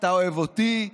אתה אוהב אותי,